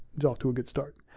yeah off to a good start.